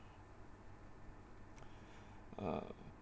uh